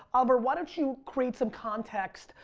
oliver why don't you create some context.